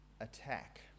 attack